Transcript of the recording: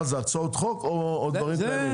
מה זה, הצעות חוק או דברים כלליים?